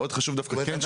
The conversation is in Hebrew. זאת אומרת,